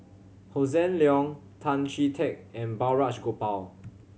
Hossan Leong Tan Chee Teck and Balraj Gopal